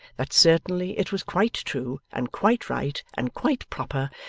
that certainly it was quite true, and quite right, and quite proper,